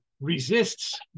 resists